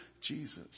Jesus